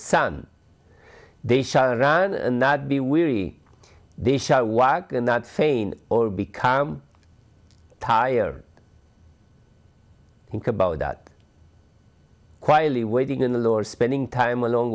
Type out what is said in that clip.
sun they shall run and not be weary they shall walk and not faint or become tire think about that quietly waiting in the lower spending time alon